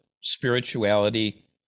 spirituality